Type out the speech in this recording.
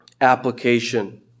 application